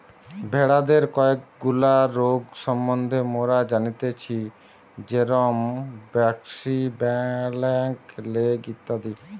ভেড়াদের কয়েকগুলা রোগ সম্বন্ধে মোরা জানতেচ্ছি যেরম ব্র্যাক্সি, ব্ল্যাক লেগ ইত্যাদি